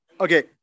Okay